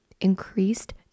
Increased